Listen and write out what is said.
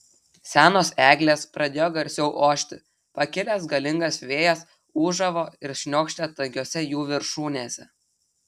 senos eglės pradėjo garsiau ošti pakilęs galingas vėjas ūžavo ir šniokštė tankiose jų viršūnėse